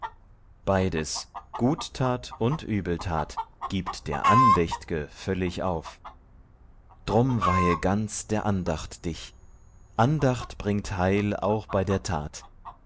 beides guttat und übeltat gibt der andächt'ge völlig auf drum weihe ganz der andacht dich andacht bringt heil auch bei der tat